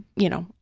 you know,